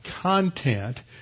content